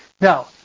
Now